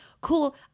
cool